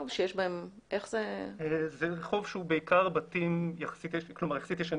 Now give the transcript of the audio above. זה רחוב שיש בו בעיקר בתים ישנים,